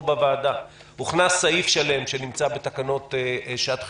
בוועדה: הוכנס סעיף שלם שנמצא בתקנות שעת חירום,